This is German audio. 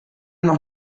noch